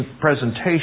presentation